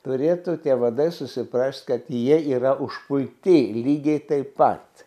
turėtų tie vadai susiprast kad jie yra užpulti lygiai taip pat